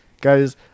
Guys